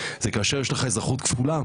זה כאשר יש לך אזרחות כפולה,